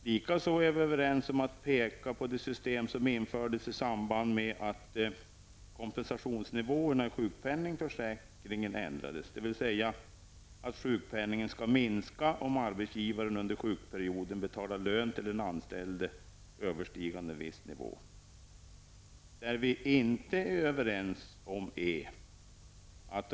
Likaså är vi överens om att peka på det system som infördes i samband med att kompensationsnivåerna i sjukpenningförsäkringen ändrades, dvs. att sjukpenningen skall minska om arbetsgivaren under sjukperioden betalar lön överstigande en viss nivå till den anställde. På en punkt är vi inte överens.